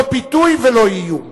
לא פיתוי ולא איום.